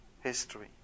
history